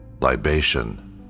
Libation